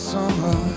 summer